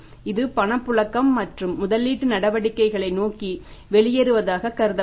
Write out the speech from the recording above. இது பணப்புழக்கம் மற்றும் முதலீட்டு நடவடிக்கைகளை நோக்கி வெளியேறுவதாக கருதப்படும்